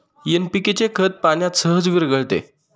NPK खत पाण्यात सहज विरघळते